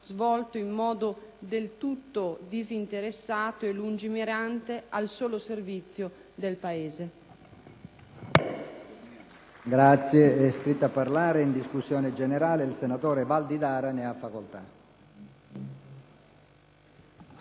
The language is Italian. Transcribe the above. svolto in modo del tutto disinteressato e lungimirante al solo servizio del Paese.